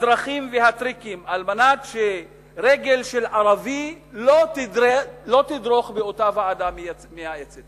הדרכים והטריקים כדי שרגל של ערבי לא תדרוך באותה ועדה מייעצת.